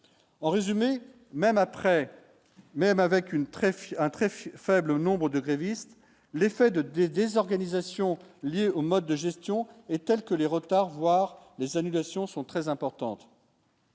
une très fine un trèfle faible nombre de grévistes, l'effet de désorganisation. Lié au mode de gestion est telle que les retards, voire des annulations sont très importante.